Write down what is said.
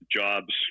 jobs